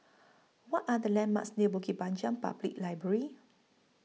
What Are The landmarks near Bukit Panjang Public Library